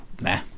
nah